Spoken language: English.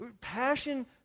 Passion